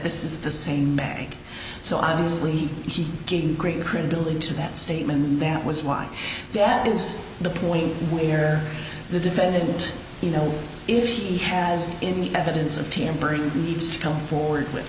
this is the same bank so obviously he's getting great credibility to that statement that was why that is the point where the defendant you know if he has any evidence of tampering needs to come forward with